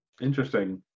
interesting